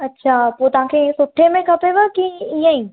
अच्छा पोइ तव्हांखे सुठे में खपेव की इअं ई